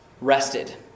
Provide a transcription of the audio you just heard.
rested